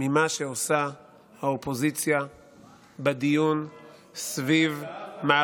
ממה שעושה האופוזיציה בדיון סביב,